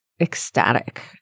ecstatic